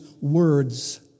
words